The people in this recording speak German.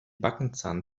backenzahn